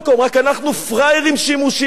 רק אנחנו פראיירים שימושיים,